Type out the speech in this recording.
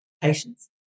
Patience